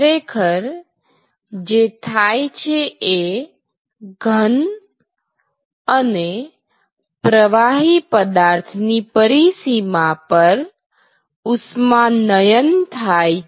ખરેખર જે થાય છે એ ઘન અને પ્રવાહી પદાર્થ ની પરિસીમા પર ઉષ્માનયન થાય છે